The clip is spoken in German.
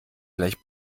gleich